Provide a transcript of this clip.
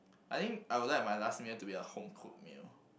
I think I would like my last meal to be a home cooked meal